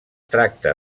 tracta